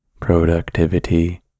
productivity